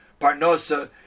parnosa